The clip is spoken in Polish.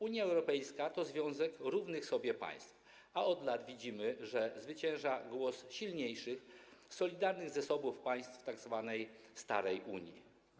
Unia Europejska to związek równych sobie państw, a od lat widzimy, że zwycięża głos silniejszych, solidarnych ze sobą państw tzw. starej Unii.